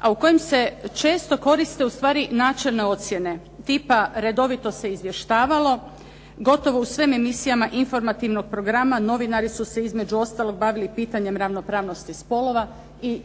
a u kojima se često koriste ustvari načelne ocjene tipa redovito se izvještavalo, gotovo u svim emisijama informativnog programa novinari su se između ostalog bavili pitanjem ravnopravnosti spolova i